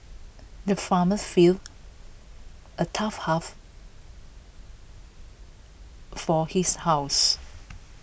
the farmers filled A tough half for his horses